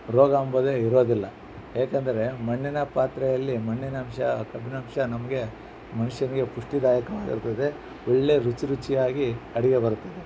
ರೋಗ ಅಂಬೋದೇ ಇರೋದಿಲ್ಲ ಏಕೆಂದರೆ ಮಣ್ಣಿನ ಪಾತ್ರೆಯಲ್ಲಿ ಮಣ್ಣಿನಾಂಶ ಕಬ್ಬಿಣಾಂಶ ನಮಗೆ ಮನುಷ್ಯನಿಗೆ ಪುಷ್ಟಿದಾಯಕವಾಗಿರ್ತದೆ ಒಳ್ಳೆಯ ರುಚಿರುಚಿಯಾಗಿ ಅಡುಗೆ ಬರುತ್ತದೆ